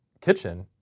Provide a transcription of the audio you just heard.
kitchen